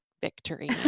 victory